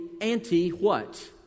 anti-what